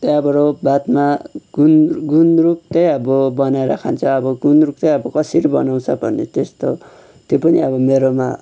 त्यहाँबाट बादमा गुन गन्द्रुक चाहिँ अब बनाएर खान्छ अब गुन्द्रुक चाहिँ अब कसरी बनाउँछ भने त्यस्तो त्यो पनि अब मेरोमा